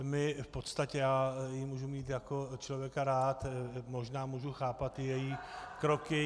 My v podstatě, já ji můžu mít jako člověka rád, možná můžu chápat i její kroky.